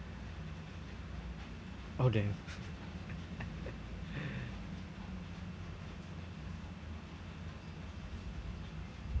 oh damn